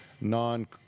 non